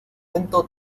tiempo